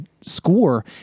score